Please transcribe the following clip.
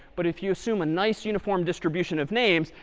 but if you assume a nice uniform distribution of names,